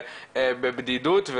ובבדידות,